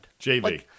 JV